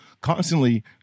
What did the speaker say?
constantly